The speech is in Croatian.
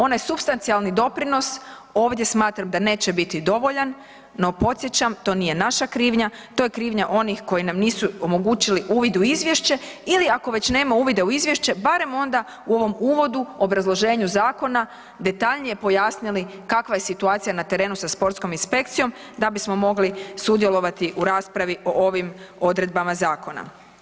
Onaj supstancijalni doprinos ovdje smatram da neće biti dovoljan, no podsjećam to nije naša krivnja to je krivnja onih koji nam nisu omogućili uvid u izvješće ili ako već nema uvida u izvješće barem onda u ovom uvodu obrazloženju zakona detaljnije pojasnili kakva je situacija na terenu sa sportskom inspekcijom da bismo mogli sudjelovati u raspravi o ovim odredbama zakona.